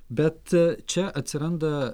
bet čia atsiranda